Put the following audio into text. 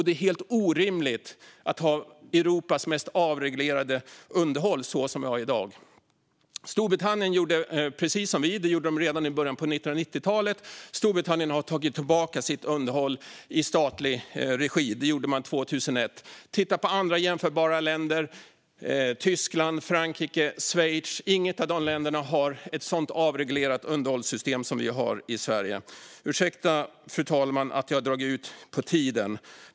Det är helt orimligt att ha Europas mest avreglerade underhåll så som vi har i dag. Storbritannien gjorde precis som vi redan i början på 1990-talet. Storbritannien tog tillbaka sitt underhåll i statlig regi 2001. Vi kan titta på andra jämförbara länder, som Tyskland, Frankrike och Schweiz. Inget av de länderna har ett sådant avreglerat underhållssystem som vi har i Sverige. Ursäkta, fru talman, för att jag har överskridit talartiden.